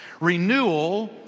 Renewal